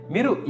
Miru